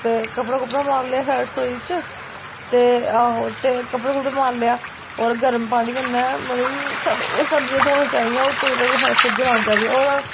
ते कपड़ा कुपड़ा मारी लेआ शैल रसोई च ते आहो ते कपड़ा कुपड़ा मारी लेआ होर गर्म पानी कन्नै मतलब कि सानू सब्जियां धोनी चाहिदियां होर फ्रिज्जै च लानी चाहिदियां होर